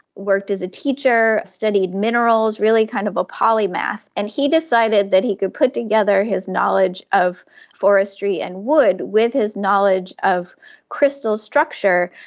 worked as a teacher, studied minerals, really kind of a polymath. and he decided that he could put together his knowledge of forestry and wood with his knowledge of crystal structure,